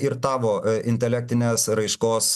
ir tavo intelektinės raiškos